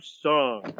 song